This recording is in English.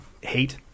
hate